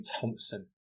Thompson